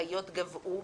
חיות גוועו,